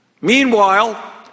Meanwhile